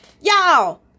y'all